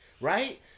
Right